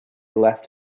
left